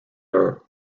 are